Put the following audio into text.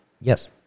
Yes